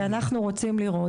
אנחנו צריכים לראות,